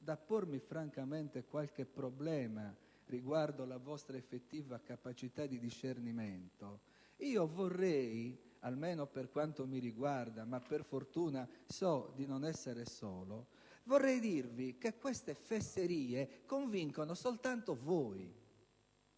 da pormi francamente qualche problema riguardo alla vostra effettiva capacità di discernimento, almeno per quanto mi riguarda - ma per fortuna so di non essere solo - vorrei dirvi che queste fesserie convincono soltanto voi.